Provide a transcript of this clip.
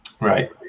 Right